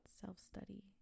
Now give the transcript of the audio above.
self-study